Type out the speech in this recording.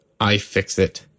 iFixit